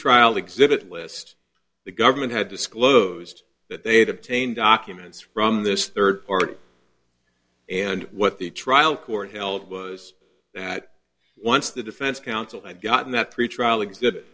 trial exhibit list the government had disclosed that they had obtained documents from this third party and what the trial court held was that once the defense counsel had gotten that pretrial exhibit